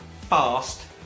fast